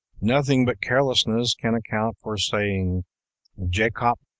nothing but carelessness can account for saying jacop,